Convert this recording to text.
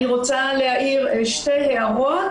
אני רוצה להעיר שתי הערות,